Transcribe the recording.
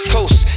Coast